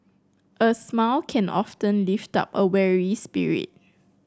a smile can often lift up a weary spirit